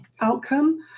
Outcome